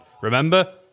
Remember